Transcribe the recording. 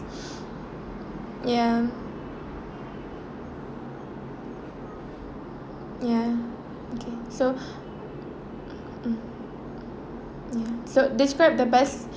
ya ya okay so mm ya so describe the best